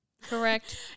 Correct